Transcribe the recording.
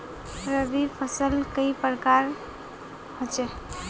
रवि फसल कई प्रकार होचे?